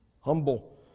Humble